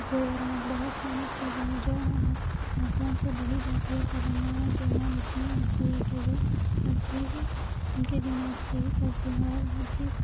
زیورات بہت ساری چیزیں ہیں جو ہاتھوں سے بنی جاتی ہے تلنگانہ کی عوامی اتنی اچھی ہے کی جو ہر چیز ان کے دماغ سے ہی کرتے ہیں ہر اور چیز